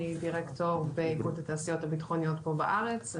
אני דירקטור באיגוד התעשיות הבטחוניות פה בארץ.